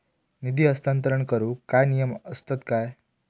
निधी हस्तांतरण करूक काय नियम असतत काय?